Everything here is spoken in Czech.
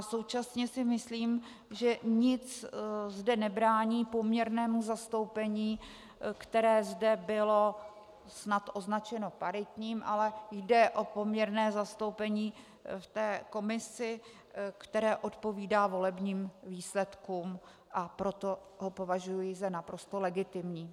Současně si myslím, že zde nic nebrání poměrnému zastoupení, které zde bylo snad označeno paritním, ale jde o poměrné zastoupení, v komisi, které odpovídá volebním výsledkům, a proto ho považuji za naprosto legitimní.